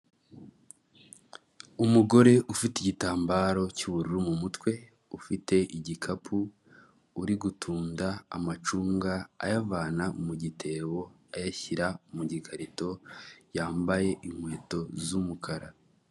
Umugore ufite igitambaro cy'ubururu mu mutwe, ufite igikapu, uri gutunda amacunga ayavana mu gitebo ayashyira mu gikarito, yambaye inkweto z'umukara.